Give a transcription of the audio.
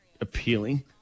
appealing